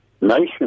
nation